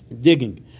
digging